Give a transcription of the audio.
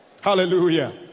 Hallelujah